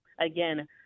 Again